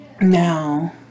Now